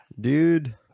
dude